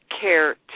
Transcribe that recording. care